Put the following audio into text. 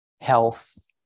health